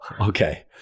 Okay